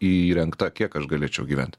įrengta kiek aš galėčiau gyvent